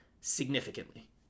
significantly